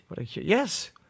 Yes